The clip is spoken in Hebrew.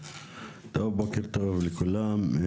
טוב, בוקר טוב לכולם.